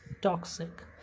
toxic